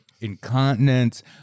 incontinence